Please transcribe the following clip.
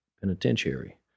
Penitentiary